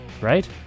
Right